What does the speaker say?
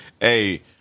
hey